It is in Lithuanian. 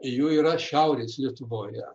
jų yra šiaurės lietuvoje